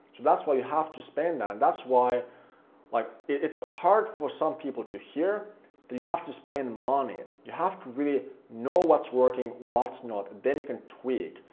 that's why you have to spend that and that's why like it's hard for some people to hear that you have to spend money, and you have to really know what's working, what's not, then you can tweak,